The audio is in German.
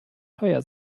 teuer